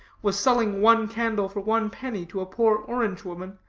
was selling one candle for one penny to a poor orange-woman,